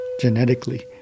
genetically